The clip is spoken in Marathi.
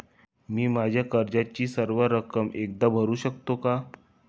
मी माझ्या कर्जाची सर्व रक्कम एकदा भरू शकतो का?